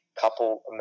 couple